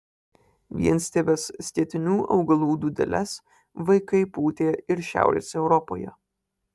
vienstiebes skėtinių augalų dūdeles vaikai pūtė ir šiaurės europoje